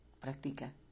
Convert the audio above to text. Practica